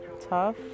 tough